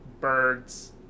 Birds